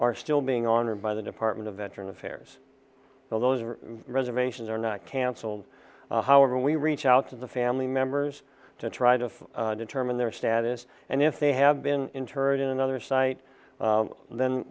are still being honored by the department of veteran affairs those reservations are not canceled however we reach out to the family members to try to determine their status and if they have been interred in another site then